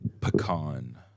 Pecan